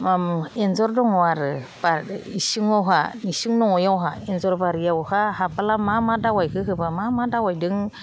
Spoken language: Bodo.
एन्जर दङ आरो इसिङावहाय इसिं न'आवहाय एन्जरबारियावहा हाबबोला मा मा दावायखौ होबा मा मा दावायजों